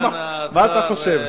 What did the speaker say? מה אתה חושב --- סגן השר.